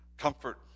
comfort